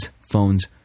phones